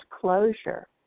closure